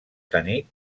tenir